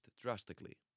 drastically